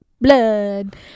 Blood